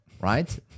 right